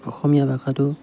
অসমীয়া ভাষাটো